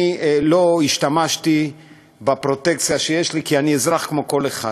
אני לא השתמשתי בפרוטקציה שיש לי כי אני אזרח כמו כל אחד,